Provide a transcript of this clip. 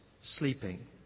sleeping